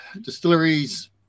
distilleries